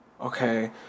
Okay